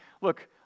look